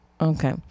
Okay